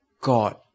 God